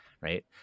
right